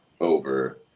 over